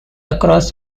across